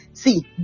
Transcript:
See